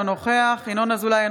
אינו נוכח ינון אזולאי,